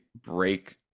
break